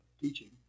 teaching